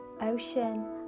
ocean